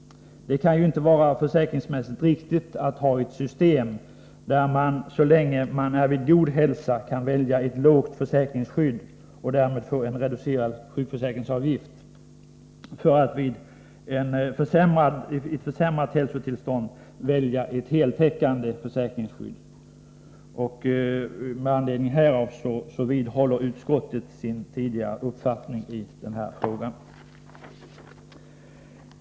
Det kan inte vara försäkringsmässigt riktigt att ha ett system där man så länge man är vid god hälsa kan välja ett lågt försäkringsskydd och därmed få en reducerad sjukförsäkringsavgift för att vid ett försämrat hälsotillstånd välja ett heltäckande försäkringsskydd. Med anledning härav vidhåller utskottet sin tidigare uppfattning i frågan.